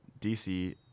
dc